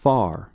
Far